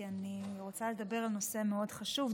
כי אני רוצה לדבר על נושא מאוד חשוב.